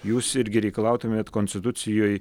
jūs irgi reikalautumėt konstitucijoj